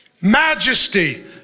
majesty